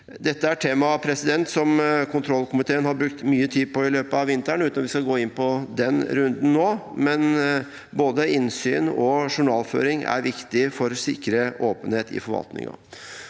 Dette er et tema som kontrollkomiteen har brukt mye tid på i løpet av vinteren – uten at vi skal gå inn på det nå. Både innsyn og journalføring er viktig for å sikre åpenhet i forvaltningen.